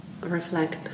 reflect